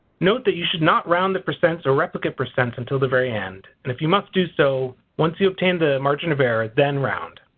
note that you should not round the percent or replicate percents until the very end. and if you must do so, once you obtain the margin of error then round.